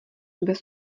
bez